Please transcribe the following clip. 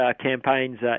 campaigns